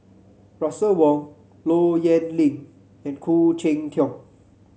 Russel Wong Low Yen Ling and Khoo Cheng Tiong